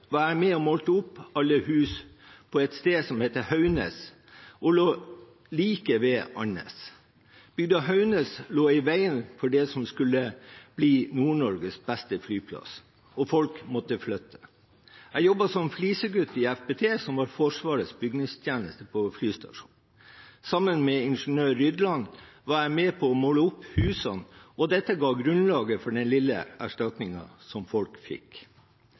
med og målte opp alle hus på et sted som het Haugnes, som lå like ved Andenes. Bygda Haugnes lå i veien for det som skulle bli Nord-Norges beste flyplass, og folk måtte flytte. Jeg jobbet som flisegutt i FBT, Forsvarets Bygningstjeneste, på flystasjonen. Sammen med ingeniør Rydland var jeg med på å måle opp husene, og dette ga grunnlaget for den lille erstatningen som folk fikk.